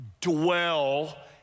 dwell